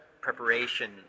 preparation